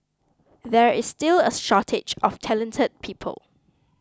there is still a shortage of talented people